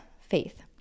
faith